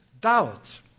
doubt